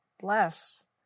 bless